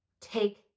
take